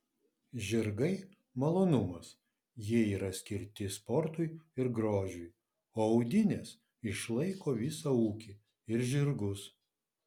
žirgai malonumas jie yra skirti sportui ir grožiui o audinės išlaiko visą ūkį ir žirgus